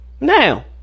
Now